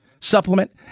Supplement